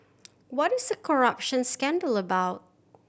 what is the corruption scandal about